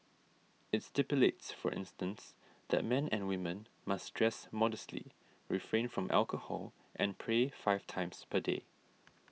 it stipulates for instance that men and women must dress modestly refrain from alcohol and pray five times per day